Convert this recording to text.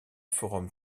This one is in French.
forum